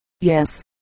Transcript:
Yes